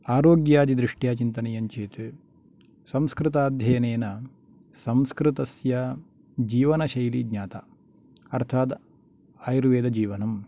आरोग्यादिदृष्ट्या चिन्तनीयञ्चेत् संस्कृताध्ययनेन संस्कृतस्य जीवनशैली ज्ञाता अर्थात् आयुर्वेदजीवनम्